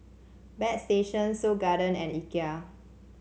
Bagstationz Seoul Garden and Ikea